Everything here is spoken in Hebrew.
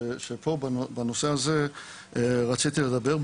שבנושא הזה רציתי לדבר.